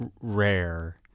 rare